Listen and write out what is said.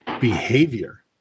behavior